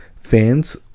Fans